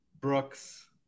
Brooks